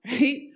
Right